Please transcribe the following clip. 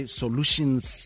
solutions